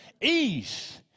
ease